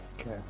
Okay